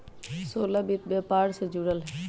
सोहेल वित्त व्यापार से जुरल हए